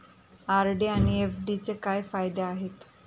RD आणि एफ.डीचे काय फायदे आहेत?